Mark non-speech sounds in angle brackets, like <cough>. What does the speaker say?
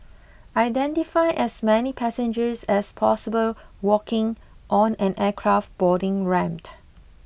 identify as many passengers as possible walking on an aircraft boarding ramp <unintelligible>